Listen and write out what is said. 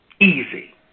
Easy